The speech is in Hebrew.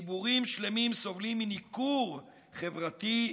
ציבורים שלמים סובלים מניכור חברתי,